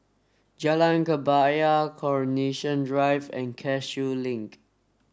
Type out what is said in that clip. Jalan Kebaya Coronation Drive and Cashew Link